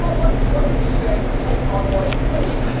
but like like if you said, take my wife, please,